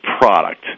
product